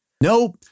No